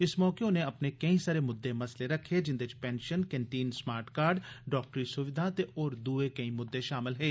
इस मौके उनें अपने केई सारे म्द्दे मसले रखे जिन्दे च पेंशन कंटीन स्मार्ट कार्ड डाक्टरी स्विधां ते होर द्ए केंई म्द्दें शामल हे